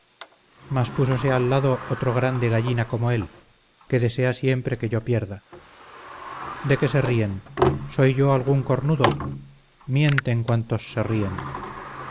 cerrado mas púsose al lado otro tan grande gallina como él que desea siempre que yo pierda de qué se ríen soy yo algún cornudo mienten cuantos se ríen